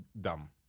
dumb